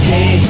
Hey